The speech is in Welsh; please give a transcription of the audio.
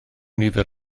nifer